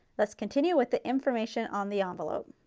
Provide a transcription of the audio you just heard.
let's continue with the information on the envelope.